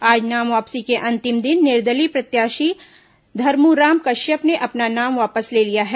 आज नाम वापसी के अंतिम दिन निर्दलीय प्रत्याशी धरमूराम कश्यप ने अपना नाम वापस ले लिया है